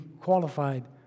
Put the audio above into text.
qualified